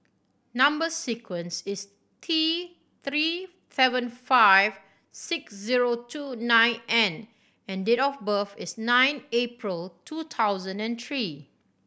number sequence is T Three seven five six zero two nine N and date of birth is nine April two thousand and three